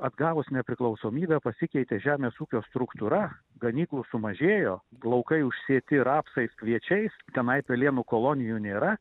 atgavus nepriklausomybę pasikeitė žemės ūkio struktūra ganyklų sumažėjo laukai užsėti rapsais kviečiais tenai pelėnų kolonijų nėra